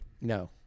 No